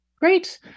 Great